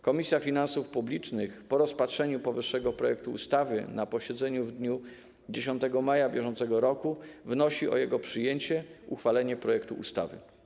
Komisja Finansów Publicznych po rozpatrzeniu powyższego projektu ustawy na posiedzeniu w dniu 10 maja br. wnosi o jego przyjęcie, uchwalenie projektu ustawy.